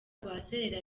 rwaserera